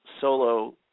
solo